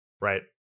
right